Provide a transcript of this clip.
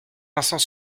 vincent